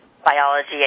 biology